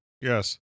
Yes